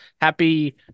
Happy